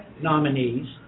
nominees